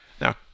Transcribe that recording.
Now